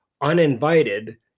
uninvited